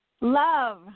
Love